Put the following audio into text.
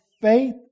faith